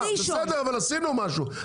בסדר, אבל עשינו משהו.